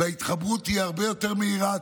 וההתחברות תהיה הרבה יותר מהירה,